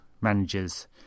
managers